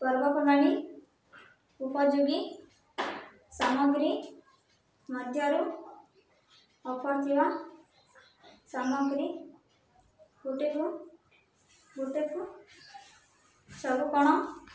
ପର୍ବପର୍ବାଣି ଉପଯୋଗୀ ସାମଗ୍ରୀ ମଧ୍ୟରୁ ଅଫର୍ ଥିବା ସାମଗ୍ରୀ ଗୋଟେକୁ ଗୋଟେକୁ ସବୁ କ'ଣ